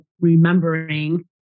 remembering